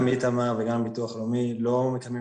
גם איתמר וגם ביטוח לאומי לא מקיימים